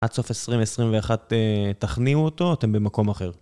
עד סוף 2021 תכניעו אותו, אתם במקום אחר.